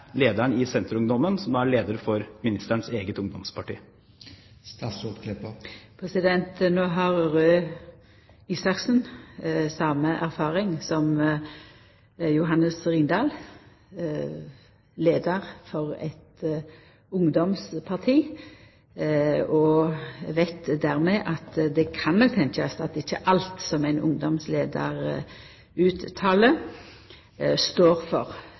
lederen i Senterungdommen, som da er leder for samferdselsministerens eget ungdomsparti? No har Røe Isaksen same erfaring som Johannes Ringdal som leiar for eit ungdomsparti, og veit dermed at det kan nok tenkjast at ikkje alt som ein ungdomsleiar uttaler, er det same som alle andre i det same partiet står for.